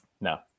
No